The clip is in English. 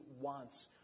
wants